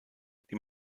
die